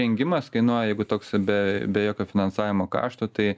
rengimas kainuoja jeigu toks be jokio finansavimo kašto tai